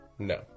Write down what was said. No